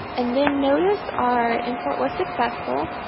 and then notice our import was successful.